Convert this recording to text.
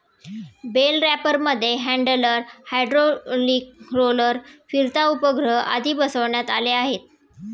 bell रॅपरमध्ये handler, hydraulic roller, फिरता उपग्रह आदी बसवण्यात आले आहे